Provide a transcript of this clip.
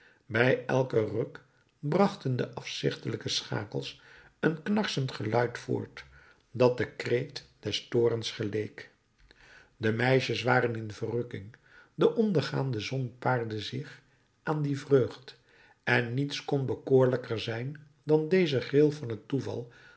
bij elken ruk brachten de afzichtelijke schakels een knarsend geluid voort dat den kreet des toorns geleek de meisjes waren in verrukking de ondergaande zon paarde zich aan die vreugd en niets kon bekoorlijker zijn dan deze gril van het toeval